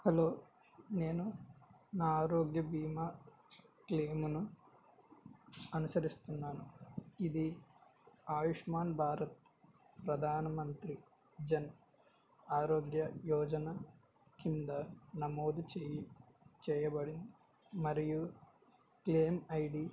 hello నేను నా ఆరోగ్య బీమా క్లెయిమ్ను అనుసరిస్తున్నాను ఇది ఆయుష్మాన్ భారత్ ప్రధాన మంత్రి జన్ ఆరోగ్య యోజన కింద నమోదు చేయబడింది మరియు క్లెయిమ్ ఐడి